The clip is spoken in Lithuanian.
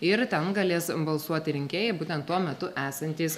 ir ten galės balsuoti rinkėjai būtent tuo metu esantys